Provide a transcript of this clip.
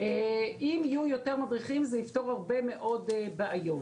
אם יהיו יותר מדריכים, זה יפתור הרבה מאוד בעיות.